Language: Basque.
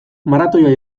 maratoia